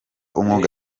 umwuga